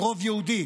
עם רוב יהודי,